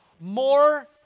more